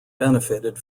benefited